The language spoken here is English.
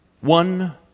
one